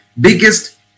biggest